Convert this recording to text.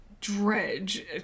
Dredge